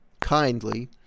kindly